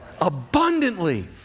Abundantly